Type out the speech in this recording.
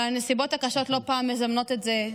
אבל הנסיבות הקשות לא פעם מזמנות את זה,